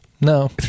No